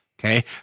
okay